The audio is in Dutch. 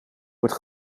wordt